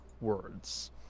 words